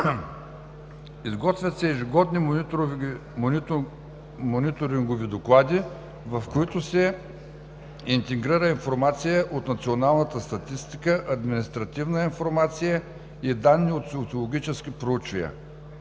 Изготвят се ежегодни мониторингови доклади, в които се интегрира информация от националната статистика, административна информация и данни от социологически проучвания.